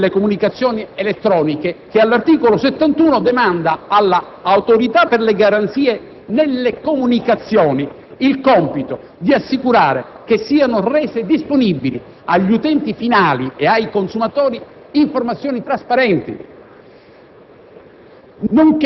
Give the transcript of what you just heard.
che è il codice delle comunicazioni elettroniche, che all'articolo 71 demanda all'Autorità per le garanzie nelle comunicazioni il compito di assicurare che siano rese disponibili agli utenti finali e ai consumatori informazioni trasparenti,